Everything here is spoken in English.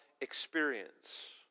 experience